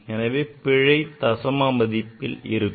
எனவே பிழை தசம மதிப்பில் இருக்கும்